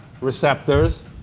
receptors